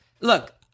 Look